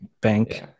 bank